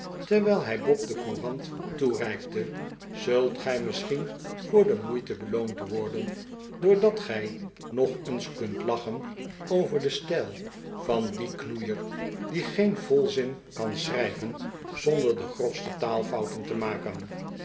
terwijl hij bob de courant toereikte zult gij misschien voor de moeite beloond worden doordat gij nog eens kunt lachen over den stijl van dien knbeier die geen volzin kan schrijven zonder de grofste taalfouten te maken